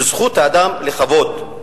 בזכות האדם לכבוד.